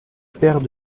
père